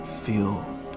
feel